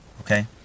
Okay